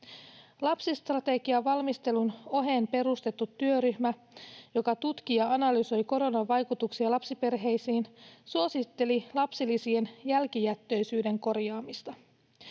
Lapsistrategian valmistelun oheen perustettu työryhmä, joka tutkii ja analysoi koronan vaikutuksia lapsiperheisiin, suositteli lapsilisien jälkijättöisyyden korjaamista.